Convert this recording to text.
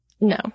No